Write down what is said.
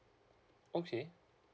okay